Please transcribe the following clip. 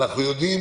אנחנו יודעים